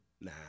Nah